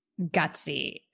gutsy